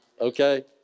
okay